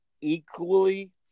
equally